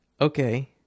Okay